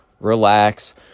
relax